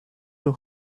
too